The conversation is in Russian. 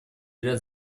ряд